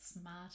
smart